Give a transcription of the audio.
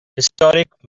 historic